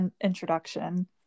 introduction